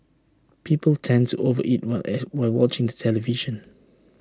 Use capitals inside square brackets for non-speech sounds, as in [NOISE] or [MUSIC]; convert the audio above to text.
people tend to over eat while [UNINTELLIGIBLE] while watching the television